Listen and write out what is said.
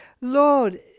Lord